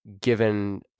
given